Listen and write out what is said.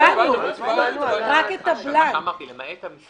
זה מה שאמרתי, למעט המספר.